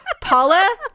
Paula